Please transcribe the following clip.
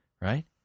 right